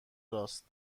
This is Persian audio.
راست